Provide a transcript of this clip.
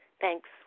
Thanks